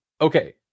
okay